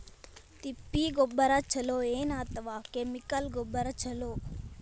ತಿಪ್ಪಿ ಗೊಬ್ಬರ ಛಲೋ ಏನ್ ಅಥವಾ ಕೆಮಿಕಲ್ ಗೊಬ್ಬರ ಛಲೋ?